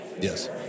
Yes